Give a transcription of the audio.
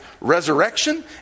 resurrection